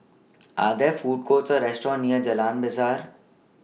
Are There Food Courts Or restaurants near Jalan Besar